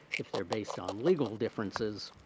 if they're based on legal differences,